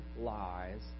lies